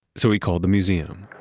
so he called the museum